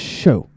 show